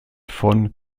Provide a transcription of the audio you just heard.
vor